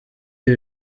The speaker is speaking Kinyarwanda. ibi